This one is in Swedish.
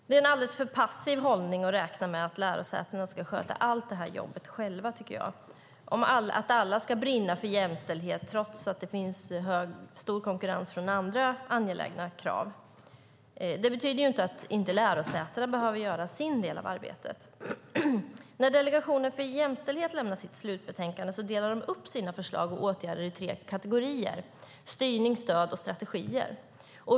Det är en alltför passiv hållning att räkna med att lärosätena ska sköta allt detta jobb själva och att alla ska brinna för jämställdhet när det finns stor konkurrens från andra angelägna krav. Det betyder dock inte att lärosätena inte måste göra sin del av arbetet. När Delegationen för jämställdhet lämnade sitt slutbetänkande delade man upp sina förslag och åtgärder i tre kategorier: styrning, stöd och strategier.